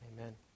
Amen